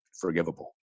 Forgivable